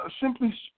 Simply